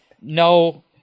no